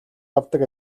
авдаг